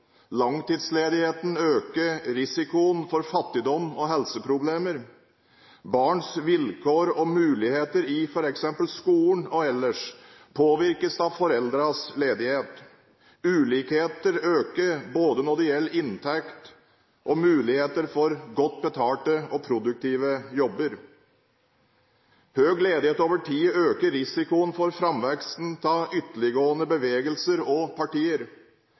Langtidsledigheten øker risikoen for fattigdom og helseproblemer. Barns vilkår og muligheter, f.eks. i skolen og ellers, påvirkes av foreldrenes ledighet. Ulikheter øker både når det gjelder inntekt og muligheter for godt betalte og produktive jobber. Høy ledighet over tid øker risikoen for framveksten av ytterliggående bevegelser og partier.